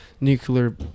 nuclear